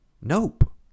Nope